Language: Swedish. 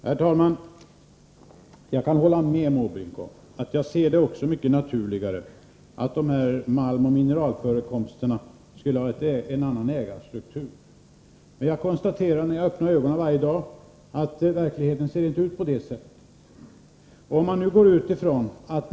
Herr talman! Även jag tycker, Bertil Måbrink, att det vore mycket naturligare om det beträffande malmoch mineralförekomsterna förelåg en annan ägarstruktur. Men varje dag när jag öppnar ögonen konstaterar jag att verkligheten inte ser ut på detta sätt.